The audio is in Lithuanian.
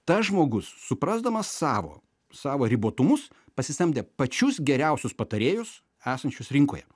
tas žmogus suprasdamas savo savo ribotumus pasisamdė pačius geriausius patarėjus esančius rinkoje